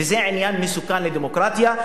וזה עניין מסוכן לדמוקרטיה.